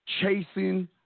chasing